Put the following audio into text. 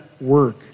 work